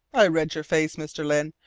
i read your face, mr. lyne,